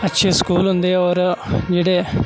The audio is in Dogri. अच्छे स्कूल होंदे और जेह्ड़े